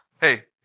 hey